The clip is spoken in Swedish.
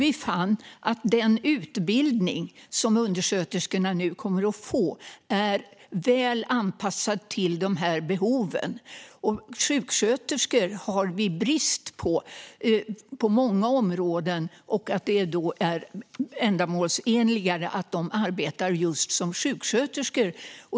Vi fann också att den utbildning som undersköterskorna nu kommer att få är väl anpassad till behoven. Sjuksköterskor har vi brist på inom många områden, och det är därför mer ändamålsenligt att de arbetar som just sjuksköterskor.